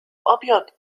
أبيض